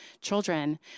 children